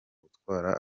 gutwara